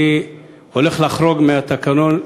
אני הולך לחרוג מהתקנון,